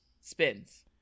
Spins